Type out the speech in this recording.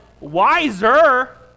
wiser